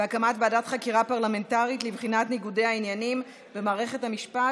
בהקמת ועדת חקירה פרלמנטרית לבחינת ניגודי העניינים במערכת המשפט,